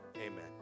Amen